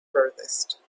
furthest